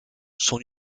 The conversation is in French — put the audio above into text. son